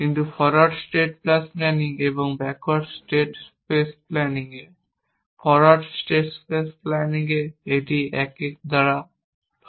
কিন্তু forward state space planning এবং backward state space planning এ ফরোয়ার্ড স্টেট স্পেস প্ল্যানিং এ এটি একটি 1 দ্বারা হয়